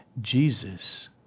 Jesus